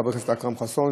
חבר הכנסת אכרם חסון,